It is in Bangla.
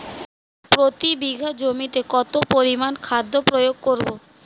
প্রতি বিঘা জমিতে কত পরিমান খাদ্য প্রয়োগ করব?